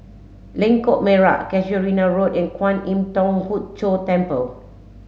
Lengkok Merak Casuarina Road and Kwan Im Thong Hood Cho Temple